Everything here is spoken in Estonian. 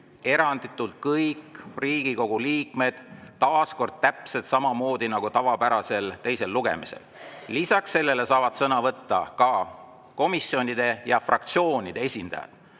eranditult kõik Riigikogu liikmed. Taas kord, täpselt samamoodi nagu tavapärasel teisel lugemisel. Lisaks sellele saavad sõna võtta ka komisjonide ja fraktsioonide esindajad.